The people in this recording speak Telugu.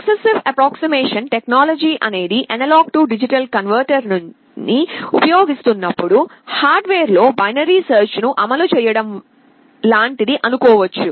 సక్సెసైవ్ అప్ప్రోక్సిమేషన్ టెక్నాలజీ అనేది A D కన్వెర్షన్ ని ఉపయోగిస్తున్నప్పుడు హార్డ్వేర్లో బైనరీ సెర్చ్ ను అమలు చేయడం లాంటిది అనుకోవచ్చు